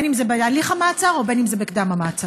אם זה בהליך המעצר ואם זה בקדם-המעצר?